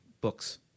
books